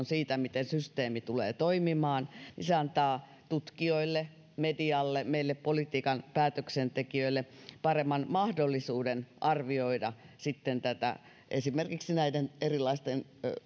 siitä miten systeemi tulee toimimaan niin se antaa tutkijoille medialle meille politiikan päätöksentekijöille paremman mahdollisuuden arvioida sitten esimerkiksi näiden erilaisten